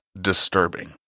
disturbing